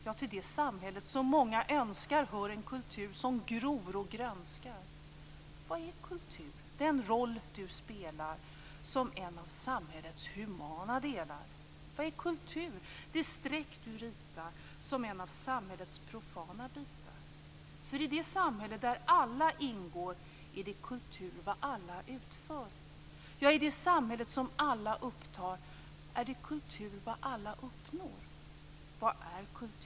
Ja till det samhället som många önskar hör en kultur som gror och grönskar. Vad är kultur? Den roll du spelar som en av samhällets humana delar. Vad är kultur? Det streck du ritar som en av samhällets profana bitar. För i det samhället där alla ingår är det kultur vad alla utför. Ja i det samhället som alla upptar är det kultur vad alla uppnår. Vad är kultur?